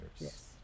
yes